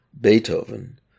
Beethoven